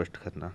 पाना।